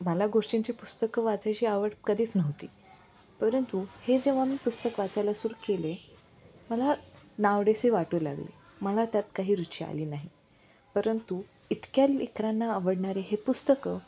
मला गोष्टींची पुस्तकं वाचायची आवड कधीच नव्हती परंतु हे जेव्हा मी पुस्तक वाचायला सुरू केले मला नावडेस वाटू लागले मला त्यात काही रुची आली नाही परंतु इतक्या लेकरांना आवडणारे हे पुस्तकं